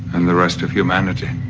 and the rest of humanity.